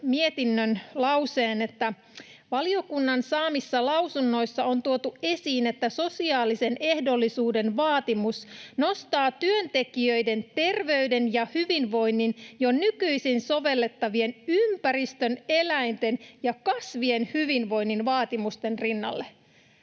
mietinnöstä: ”Valiokunnan saamissa lausunnoissa on tuotu esiin, että sosiaalisen ehdollisuuden vaatimus nostaa työntekijöiden terveyden ja hyvinvoinnin jo nykyisin sovellettavien ympäristön, eläinten ja kasvien hyvinvoinnin vaatimusten rinnalle.”